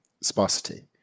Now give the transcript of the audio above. sparsity